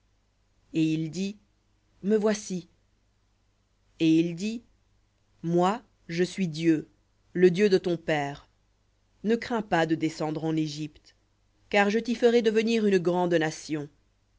et il dit me voici et il dit moi je suis dieu le dieu de ton père ne crains pas de descendre en égypte car je t'y